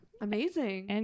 amazing